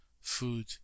Food